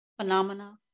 phenomena